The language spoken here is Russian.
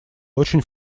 очень